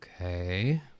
Okay